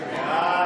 של קבוצת סיעת